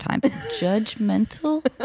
Judgmental